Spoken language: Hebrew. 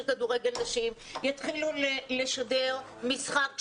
כדורגל נשים ואם לא יתחילו לשדר משחק שבועי,